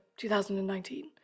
2019